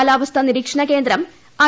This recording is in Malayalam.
കാലാവസ്ഥാ നിരീക്ഷണ കേന്ദ്രം ഐ